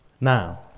Now